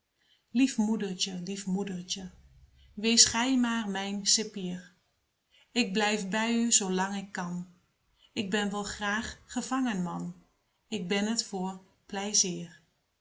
lief moedertje lief moedertje wees gij maar mijn cipier ik blijf bij u zoo lang ik kan ik ben wel graag gevangenman ik ben het voor